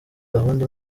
gahunda